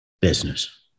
business